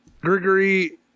Grigory